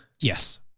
Yes